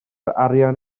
arian